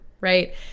right